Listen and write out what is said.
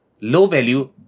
low-value